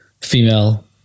female